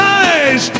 eyes